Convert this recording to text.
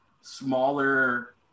smaller